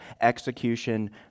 execution